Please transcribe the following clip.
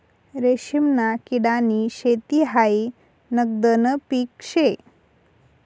रेशीमना किडानी शेती हायी नगदनं पीक शे